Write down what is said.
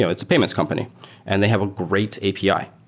yeah it's a payments company and they have a great api.